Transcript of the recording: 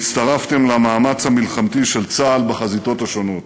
והצטרפתם למאמץ המלחמתי של צה"ל בחזיתות השונות.